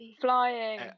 flying